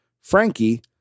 Frankie